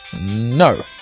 No